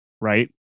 right